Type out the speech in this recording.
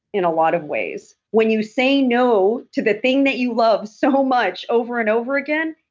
in a lot of ways. when you say no to the thing that you love so much over and over again,